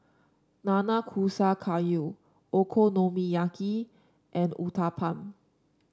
Nanakusa Gayu Okonomiyaki and Uthapam